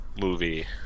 movie